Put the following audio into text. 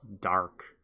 dark